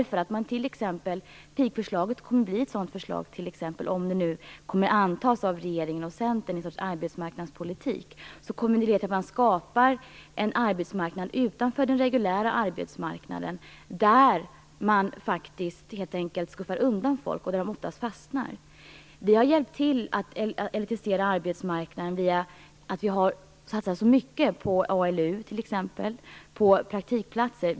Pigförslaget kommer t.ex. att bli ett sådant förslag om det kommer att antas av regeringen och Centern i någon sorts arbetsmarknadspolitik. Det kommer att leda till att man skapar en arbetsmarknad utanför den reguljära arbetsmarknaden där folk skuffas undan och ofta fastnar. Vi har hjälpt till att elitisera arbetsmarknaden genom att vi t.ex. har satsat så mycket på ALU och på praktikplatser.